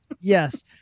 yes